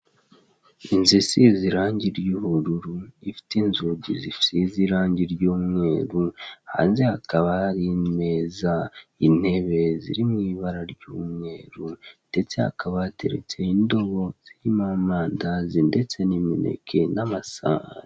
Inzu isize irange ry'ubururu, ifite inzugi zisize irangi ry'umweru, hanze hakaba hari imeza, intebe ziri mu ibara ry'umweru, ndetse hakaba hateretseho indobo irimo amandazi, ndetse n'imineke, n'amasahani.